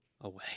away